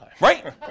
Right